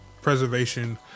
Preservation